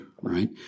right